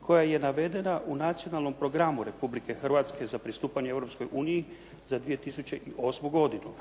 koja je navedena u Nacionalnom programu Republike Hrvatske za pristupanje Europskoj uniji za 2008. godinu